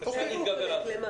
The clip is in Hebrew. בהקשר הזה.